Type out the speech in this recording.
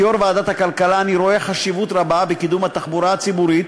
כיושב-ראש ועדת הכלכלה אני רואה חשיבות רבה בקידום התחבורה הציבורית,